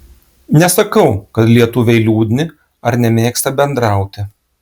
nesakau kad lietuviai liūdni ar nemėgsta bendrauti